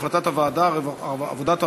החלטת ועדת העבודה,